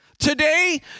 Today